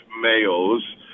males